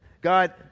God